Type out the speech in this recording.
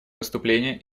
выступление